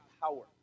power